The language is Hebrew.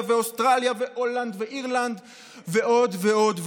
ואוסטרליה והולנד ואירלנד ועוד ועוד ועוד.